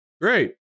Great